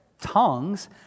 Tongues